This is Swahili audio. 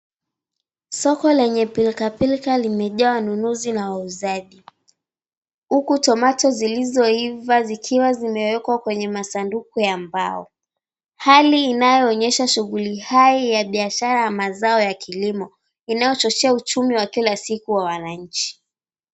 Soko lenye pilkapilka limejaa wanunuzi na wauzaji huku tomato zilizoiva zikiwa zimewekwa kwenye masanduku ya mbao. Hali inayoonyesha shughuli hai ya biashara ya mazao ya kilimo inayochochea uchumi wa kila siku wa wa wananchi.